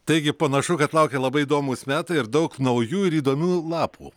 taigi panašu kad laukia labai įdomūs metai ir daug naujų ir įdomių lapų